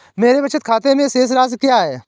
मेरे बचत खाते में शेष राशि क्या है?